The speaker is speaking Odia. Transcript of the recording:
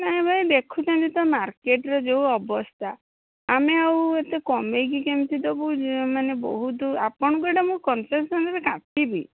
ନାହିଁ ଭାଇ ଦେଖୁଛନ୍ତି ତ ମାର୍କେଟର ଯେଉଁ ଅବସ୍ଥା ଆମେ ଆଉ ଏତେ କମାଇକି କେମତି ଦେବୁ ମାନେ ବହୁତ ଆପଣଙ୍କୁ ଏଇଟା ମୁଁ କନ୍ସେସନ୍ରେ କାଟିବି